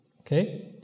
Okay